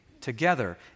together